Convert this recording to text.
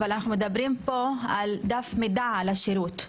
אבל אנחנו מדברים פה על דף מידע על השירות,